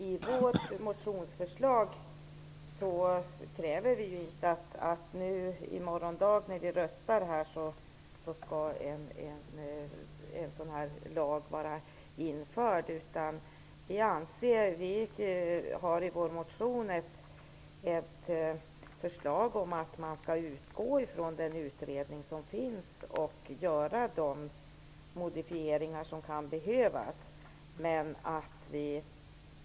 I vårt motionsförslag kräver vi inte att en sådan lag skall vara införd i morgon dag när vi röstar. I vår motion har vi ett förslag om att man skall utgå ifrån den utredning som finns och göra de modifieringar som kan behövas.